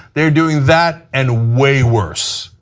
they are doing that and way worse.